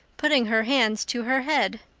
putting her hands to her head.